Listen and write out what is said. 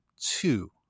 two